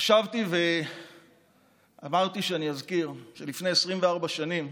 חשבתי ואמרתי שאזכיר שלפני 24 שנים,